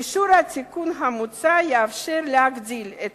אישור התיקון המוצע יאפשר להגדיל את